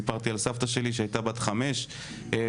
סיפרתי על סבתא שלי שהייתה בת חמש בבגדד